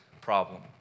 problem